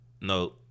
No